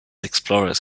explorers